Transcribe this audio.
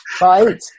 Right